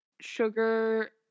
sugar